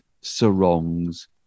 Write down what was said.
sarongs